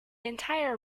entire